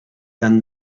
than